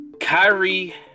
Kyrie